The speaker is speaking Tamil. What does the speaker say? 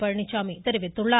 பழனிசாமி தெரிவித்துள்ளார்